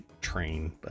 train